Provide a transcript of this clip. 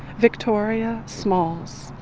victoria smalls.